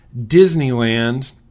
Disneyland